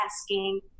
asking